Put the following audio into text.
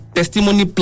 Testimony